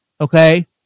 Okay